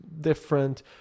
different